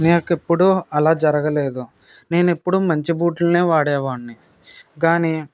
నాకెప్పుడూ అలా జరగలేదు నేనెప్పుడూ మంచి బూట్లనే వాడేవాడిని కానీ